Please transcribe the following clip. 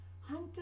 Hunter